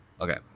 okay